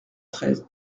treize